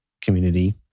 community